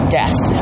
death